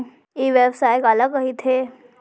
ई व्यवसाय काला कहिथे?